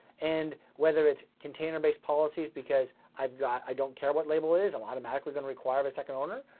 and whether it's container-based policies because i've got, i don't care what label it is, i'm automatically gonna require but a second owner.